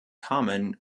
common